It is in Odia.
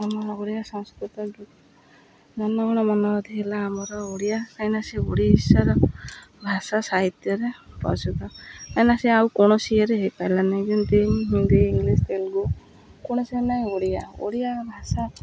ଆମ ଓଡ଼ିଆ ସଂସ୍କୃତି ଜନ ଗଣ ମନ ହେଲା ଆମର ଓଡ଼ିଆ କାହିଁକିନା ସେ ଓଡ଼ିଶାର ଭାଷା ସାହିତ୍ୟରେ ପ୍ରସିଦ୍ଧ କାହିଁକିନା ସେ ଆଉ କୌଣସିରେ ହେଇପାରିଲା ନାହିଁ ଯେ ହିନ୍ଦୀ ଇଂଲିଶ ତେଲୁଗୁ କୌଣସି ନାହିଁ ଓଡ଼ିଆ ଓଡ଼ିଆ ଭାଷା